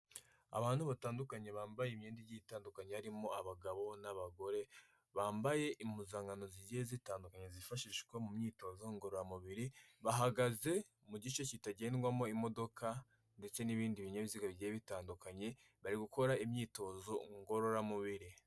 Abantu batandukanye bambaye imyenda igiye itandukanye, harimo abagabo n'abagore bambaye impuzankano zigiye zitandukanye zifashishwa mu myitozo ngororamubiri, bahagaze mu gice kitagendwamo imodoka ndetse n'ibindi binyabiziga bigiye bitandukanye, bari gukora imyitozo ngororamubiri.